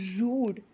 rude